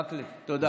מקלב, תודה.